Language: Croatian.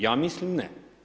Ja mislim ne.